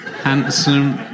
Handsome